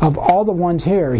of all the ones here